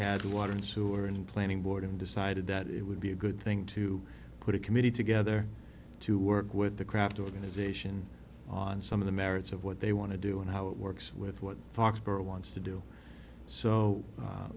had water and sewer and planning board and decided that it would be a good thing to put a committee together to work with the craft organisation on some of the merits of what they want to do and how it works with what foxborough wants to do so